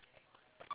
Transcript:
also can lah